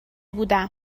بودم